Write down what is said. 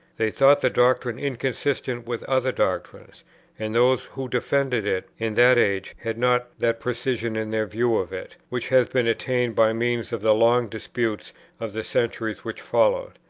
they thought the doctrine inconsistent with other doctrines and those who defended it in that age had not that precision in their view of it, which has been attained by means of the long disputes of the centuries which followed.